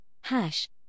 hash